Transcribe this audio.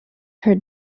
her